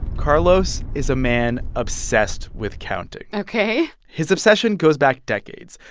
carlos is a man obsessed with counting ok his obsession goes back decades.